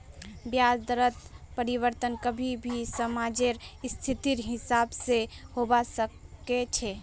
ब्याज दरत परिवर्तन कभी भी समाजेर स्थितिर हिसाब से होबा सके छे